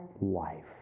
life